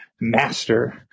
master